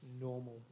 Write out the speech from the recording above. normal